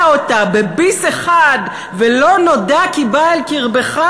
אותה בביס אחד ולא נודע כי בא אל קרבך,